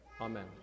Amen